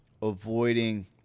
Avoiding